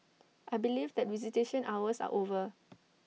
I believe that visitation hours are over